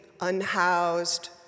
unhoused